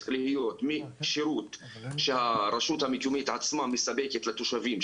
להיות משירות שהרשות המקומית עצמה מספקת לתושבים,